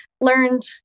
learned